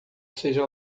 seja